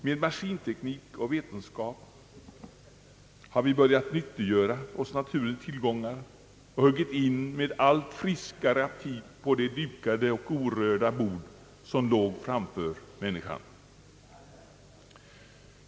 Med maskinteknik och vetenskap har vi börjat nyttiggöra oss naturens tillgångar och huggit in med allt friskare aptit på det dukade och orörda bord som låg framför människan.